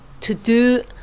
to-do